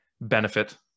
benefit